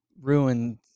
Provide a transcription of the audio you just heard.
ruined